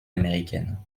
américaine